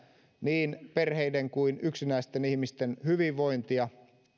niin perheiden kuin yksinäisten ihmisten hyvinvointia